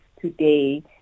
today